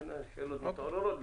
לכן השאלות מתעוררות,